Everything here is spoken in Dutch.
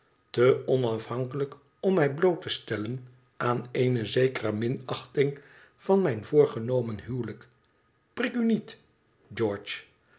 te onafhankelijk om mij bloot te stellen aan eene zekere minachting van mijn voorgenomen huwelijk prik u niet george